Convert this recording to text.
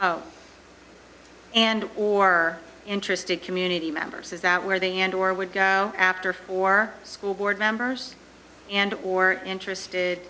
ok and or interested community members is that where they and or would go after for school board members and or interested